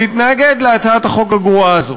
להתנגד להצעת החוק הגרועה הזו.